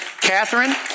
Catherine